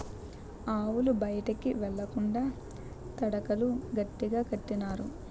ఆవులు బయటికి ఎల్లకండా తడకలు అడ్డగా కట్టినారు